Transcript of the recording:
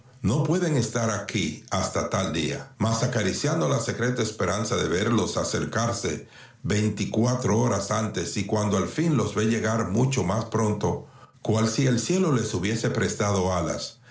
no pueden estar aquí hasta tal día mas acariciando la secreta esperanza de verlos acercarse veinticuatro horas antes y cuando al fin los ve llegar mucho más pronto cual si el cielo les hubiese prestado alas